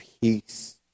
peace